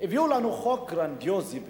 הביאו לנו חוק גרנדיוזי ביותר,